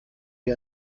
wir